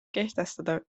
kehtestada